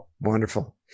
Wonderful